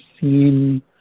seen